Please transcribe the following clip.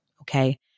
okay